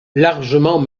largement